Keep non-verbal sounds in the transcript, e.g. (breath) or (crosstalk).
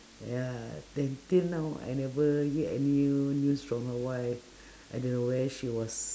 ya then till now I never hear any news from her wife (breath) I don't know where she was